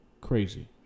Crazy